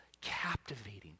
captivating